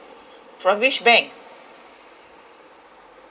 from which bank